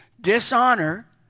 Dishonor